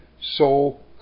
soul